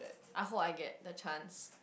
I hope I get the chance